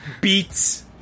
beats